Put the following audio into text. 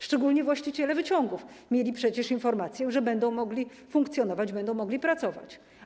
Szczególnie właściciele wyciągów, którzy dostali przecież informację, że będą mogli funkcjonować, będą mogli pracować.